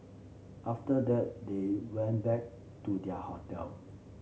after that they went back to their hotel